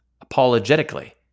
apologetically